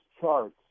charts